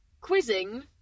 quizzing